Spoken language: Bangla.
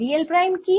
d l প্রাইম কি